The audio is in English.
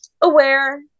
aware